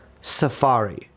Safari